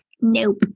nope